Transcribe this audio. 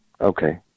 Okay